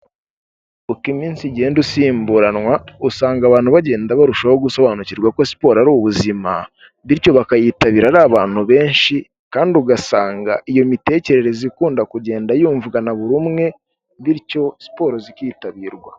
Uko iminsi igenda usimburanwa usanga abantu bagenda barushaho gusobanukirwa ko siporo ari ubuzima, bityo bakayitabira ari abantu benshi kandi ugasanga iyo mitekerereze ikunda kugenda yumvwana buri umwe. Bityo siporo zikitabirwa.